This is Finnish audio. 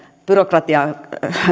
byrokratiaa